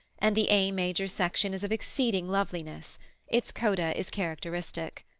and the a major section is of exceeding loveliness its coda is characteristic.